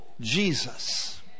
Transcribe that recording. Jesus